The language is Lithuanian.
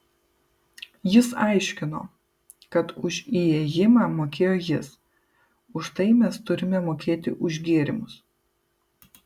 jis aiškino kad už įėjimą mokėjo jis už tai mes turime mokėti už gėrimus